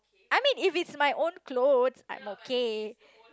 I mean if it's my own clothes I'm okay